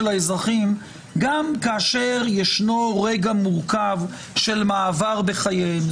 האזרחים גם כאשר ישנו רגע מורכב של מעבר בחייהם.